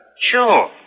Sure